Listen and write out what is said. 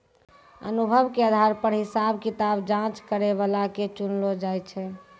अनुभव के आधार पर हिसाब किताब जांच करै बला के चुनलो जाय छै